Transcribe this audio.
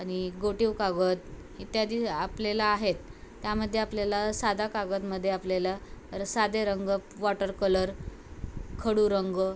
आणि घोटीव कागद इत्यादी आपल्याला आहेत त्यामध्ये आपल्याला साधा कागदमध्ये आपल्याला साधे रंग वॉटर कलर खडू रंग